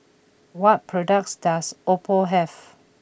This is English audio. what products does Oppo have